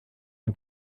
und